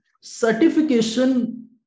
certification